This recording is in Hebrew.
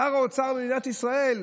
שר האוצר של מדינת ישראל,